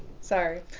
Sorry